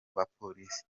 bapolisi